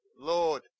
Lord